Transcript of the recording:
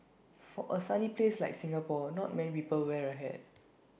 for A sunny place like Singapore not many people wear A hat